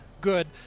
good